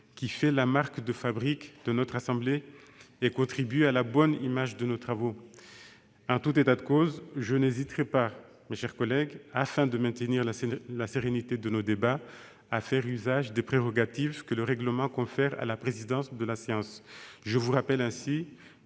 qui fait la marque de fabrique de la Haute Assemblée et contribue à la bonne image de nos travaux. En tout état de cause, je n'hésiterai pas, afin de maintenir la sérénité de nos débats, à faire usage des prérogatives que le règlement confère à la présidence de séance. Je vous rappelle ainsi